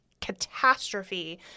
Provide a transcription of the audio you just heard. catastrophe